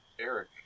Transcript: Eric